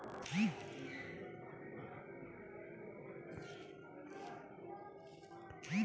कोनो private company के bond ल लेवब म तकलीफ रहिथे ओमा जोखिम बरोबर बने रथे